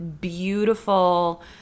beautiful